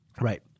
Right